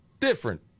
Different